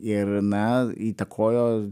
ir na įtakojo